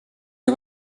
мне